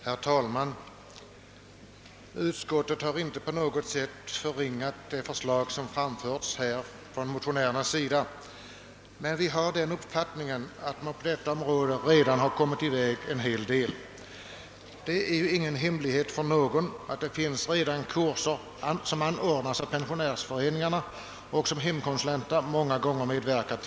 Herr talman! Utskottet har inte på något sätt velat förringa det förslag som har framförts från motionärernas sida, men vi har den uppfattningen att man på detta område redan har kommit en bit på väg. Det är ingen hemlighet för någon att det anordnas kurser av pensionärsföreningarna, vid vilka kurser hemkonsulenter många gånger medverkar.